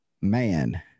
Man